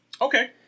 Okay